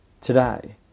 today